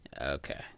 Okay